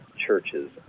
churches